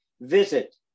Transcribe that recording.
visit